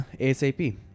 ASAP